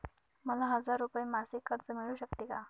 मला हजार रुपये मासिक कर्ज मिळू शकते का?